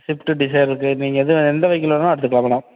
Swift Dzire இருக்குது நீங்கள் எது எந்த வெஹிக்கள் வேணால் எடுத்துக்கலாம் மேடம்